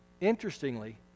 Interestingly